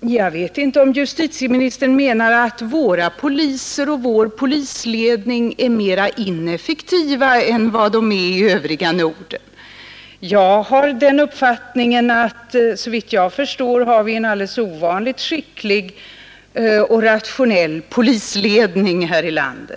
Jag vet inte om justitieministern menar att våra poliser och vår polisledning är ineffektivare än vad som är fallet i Norden i övrigt. Såvitt jag förstår har vi en alldeles skicklig och rationell polisledning i vårt land.